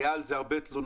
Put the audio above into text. היו על זה הרבה תלונות,